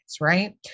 right